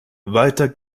weiter